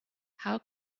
how